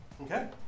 Okay